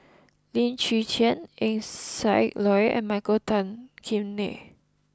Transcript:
Lim Chwee Chian Eng Siak Loy and Michael Tan Kim Nei